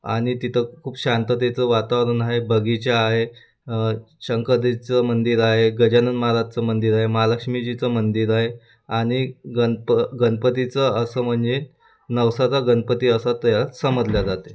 आणि तिथं खूप शांततेचं वातावरण आहे बगीचा आहे शंकरजीचं मंदिर आहे गजानन महाराजचं मंदिर आहे महालक्ष्मीजीचं मंदिर आहे आणि गनप गणपतीचं असं म्हणजे नवसाचा गणपती असा त्याला समजलं जाते